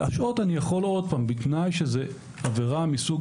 להשעות אני יכול בתנאי שזו עבירה מסוג